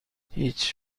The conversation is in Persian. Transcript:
هیچ